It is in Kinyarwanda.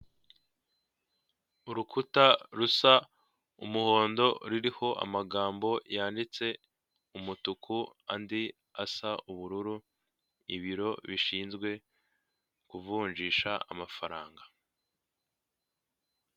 Urukuta rusa umuhondo ruriho amagambo yanditse umutuku, andi asa ubururu. Ibiro bishinzwe kuvunjisha amafaranga.